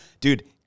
dude